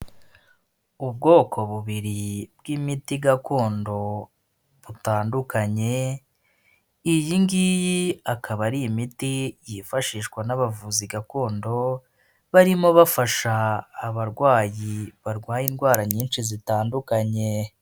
Ubwoko bubiri bw'imiti gakondo butandukanye iyi ngiyi akaba ari imiti yifashishwa n'abavuzi gakondo barimo bafasha abarwayi barwaye indwara nyinshi zitandukanye.